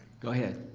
go ahead.